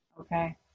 Okay